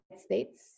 States